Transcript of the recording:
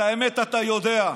את האמת אתה יודע.